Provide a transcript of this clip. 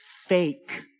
fake